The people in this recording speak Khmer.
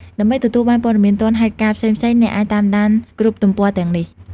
ដើម្បីទទួលបានព័ត៌មានទាន់ហេតុការណ៍ផ្សេងៗ អ្នកអាច តាមដាន គ្រប់ទំព័រទាំងនេះ។